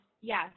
Yes